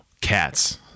cats